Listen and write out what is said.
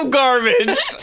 garbage